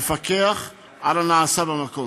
מפקח על הנעשה במקום.